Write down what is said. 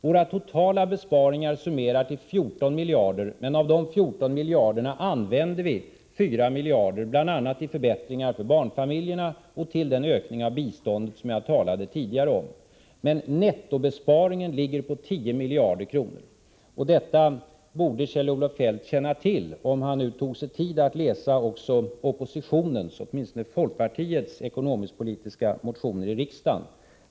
Våra totala besparingar summerar sig till 14 miljarder, förbättra den svenska ekonomin men av dessa använder vi 4 miljarder bl.a. till förbättringar för barnfamiljerna och till den ökning av biståndet som jag tidigare talade om. Nettobesparingen blir alltså 10 miljarder kronor. Detta borde Kjell-Olof Feldt känna till, om han tog sig tid att läsa oppositionens eller åtminstone folkpartiets ekonomisk-politiska motioner i riksdagen.